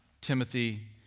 Timothy